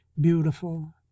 beautiful